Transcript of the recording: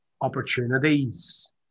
opportunities